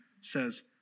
says